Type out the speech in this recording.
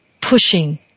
pushing